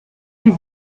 die